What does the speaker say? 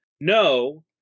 no